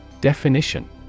Definition